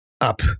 up